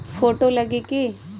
Photo लगी कि?